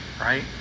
right